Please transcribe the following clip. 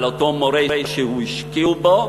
על אותו מורה שהשקיעו בו,